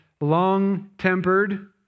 long-tempered